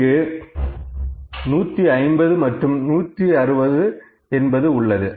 இங்கு 150 மற்றும் 160 என்பது உள்ளது